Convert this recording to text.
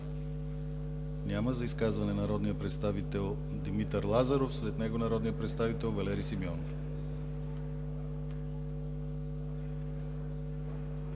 Няма. За изказване народният представител Димитър Лазаров, а след него народният представител Валери Сиемонов.